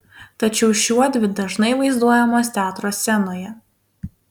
tačiau šiuodvi dažnai vaizduojamos teatro scenoje